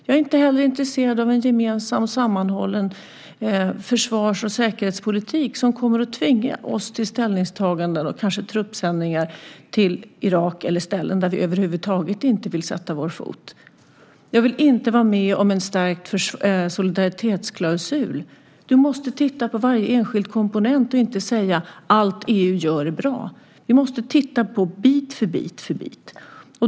Jag är inte heller intresserad av en gemensam och sammanhållen försvars och säkerhetspolitik som kommer att tvinga oss till ställningstaganden och kanske truppsändningar till Irak eller ställen där vi över huvud taget inte vill sätta vår fot. Jag vill inte vara med om en stärkt solidaritetsklausul. Du måste titta på varje enskild komponent och inte säga att allt som EU gör är bra. Vi måste titta på bit för bit.